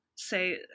say